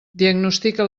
diagnostica